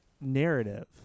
narrative